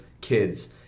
kids